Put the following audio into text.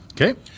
Okay